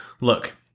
Look